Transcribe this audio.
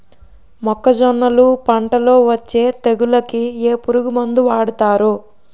మొక్కజొన్నలు పంట లొ వచ్చే తెగులకి ఏ పురుగు మందు వాడతారు?